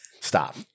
Stop